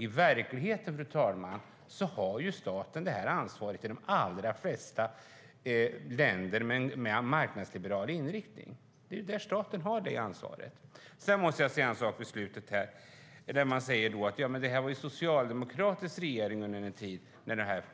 I verkligheten, fru talman, har staten detta ansvar i de allra flesta länder med marknadsliberal inriktning. Jag måste säga en sak här på slutet. Man säger att det var en socialdemokratisk regering under den tid